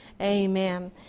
Amen